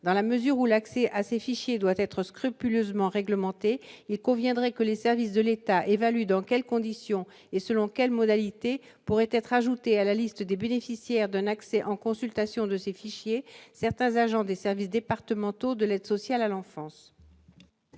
dans la mesure où l'accès à ces fichiers doivent être scrupuleusement réglementée, il conviendrait que les services de l'État évalue, dans quelles conditions et selon quelles modalités pourraient être ajoutés à la liste des bénéficiaires d'un accès en consultation de ces fichiers, certains agents des services départementaux de l'aide sociale à l'enfance.